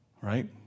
right